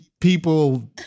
people